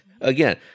again